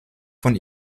von